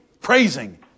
praising